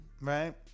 right